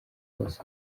hose